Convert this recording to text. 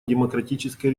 демократической